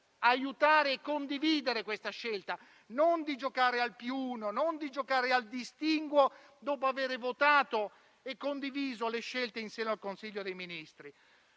aiutare e condividere questa scelta e non di giocare al più uno e al distinguo dopo aver votato e condiviso le scelte in Consiglio dei ministri.